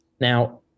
Now